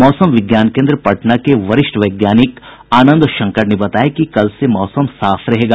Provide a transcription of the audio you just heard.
मौसम विज्ञान केन्द्र पटना के वरिष्ठ वैज्ञानिक आनंद शंकर ने बताया कि कल से मौसम साफ रहेगा